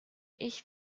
ich